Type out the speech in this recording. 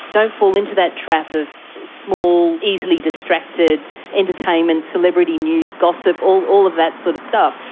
don't fall into that trap of small, easily distracted entertainment celebrity news gossip, all all of that sort of stuff,